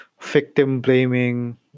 victim-blaming